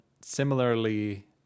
similarly